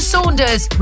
Saunders